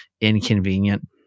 inconvenient